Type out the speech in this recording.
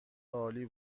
عالی